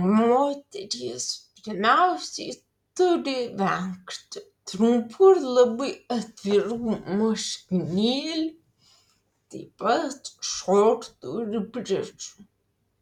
moterys pirmiausiai turi vengti trumpų ir labai atvirų marškinėlių taip pat šortų ir bridžų